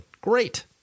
Great